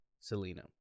Selena